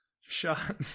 shot